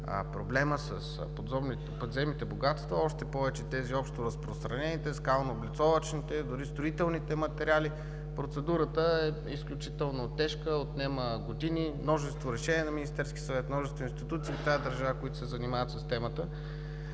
Проблемът с подземните богатства, още повече с общоразпространените, скалнооблицовъчните, дори със строителните материали процедурата е изключително тежка, отнема години, множество решения на Министерския съвет, множество институции, които се занимават с темата